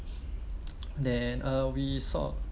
then uh we saw